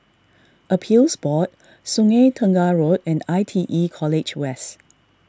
Appeals Board Sungei Tengah Road and I T E College West